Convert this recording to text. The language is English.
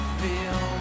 feel